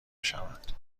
بشوند